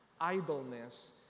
Idleness